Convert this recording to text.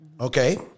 Okay